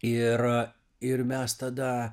ir ir mes tada